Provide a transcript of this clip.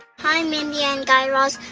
hi, mindy and guy raz.